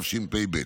התשפ"ב.